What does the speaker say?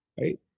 Right